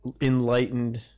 enlightened